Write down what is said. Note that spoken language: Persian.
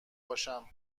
باشم